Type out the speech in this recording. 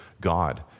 God